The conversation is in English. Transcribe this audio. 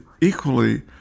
equally